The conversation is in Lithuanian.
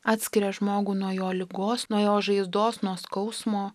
atskiria žmogų nuo jo ligos nuo jo žaizdos nuo skausmo